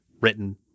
written